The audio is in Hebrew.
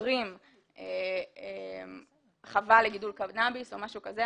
סוגרים חווה לגידול קנאביס או משהו כזה,